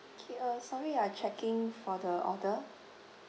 K uh sorry ah I checking for the order